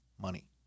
money